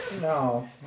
No